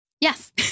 yes